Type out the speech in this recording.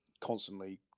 constantly